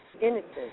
innocent